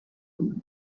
ubu